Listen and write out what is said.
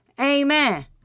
Amen